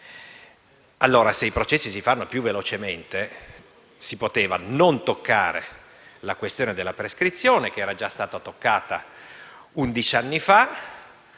Se i processi si faranno più velocemente, si poteva non intervenire sulla questione della prescrizione, che era già stata toccata undici anni fa,